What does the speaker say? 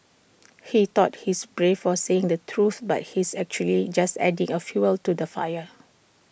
he thought he's brave for saying the truth but he's actually just adding A fuel to the fire